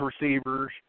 receivers